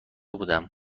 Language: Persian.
بودم